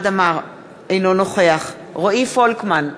אינו נוכח רועי פולקמן,